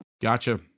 gotcha